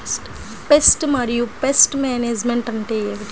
Pest మరియు pest management అంటే ఏమిటి?